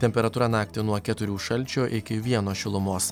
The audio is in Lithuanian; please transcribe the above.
temperatūra naktį nuo keturių šalčio iki vieno šilumos